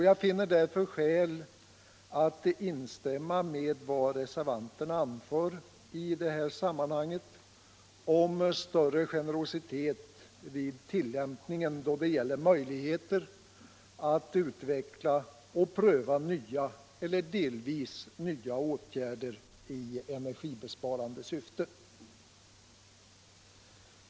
Jag finner därför skäl att instämma i vad reservanterna anför i det här sammanhanget om större generositet vid tillämpningen då det gäller möjligheterna att utveckla och pröva nya eller delvis nya åtgärder i energibesparande syfte.